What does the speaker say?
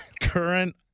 current –